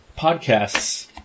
podcasts